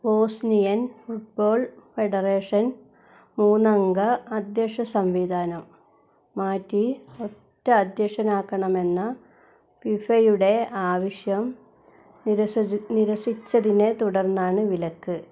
Bosnian football federation മൂന്നംഗ അദ്ധ്യക്ഷ സംവിധാനം മാറ്റി ഒറ്റ അദ്ധ്യക്ഷനാക്കണമെന്ന ഫിഫയുടെ ആവശ്യം നിരസിച്ചതിനെ തുടർന്നാണ് വിലക്ക്